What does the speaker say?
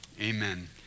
Amen